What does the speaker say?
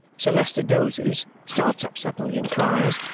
sir leicester dozes, starts up suddenly, and cries,